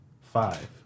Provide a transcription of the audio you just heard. five